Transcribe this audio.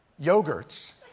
yogurts